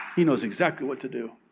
he knows exactly what to do.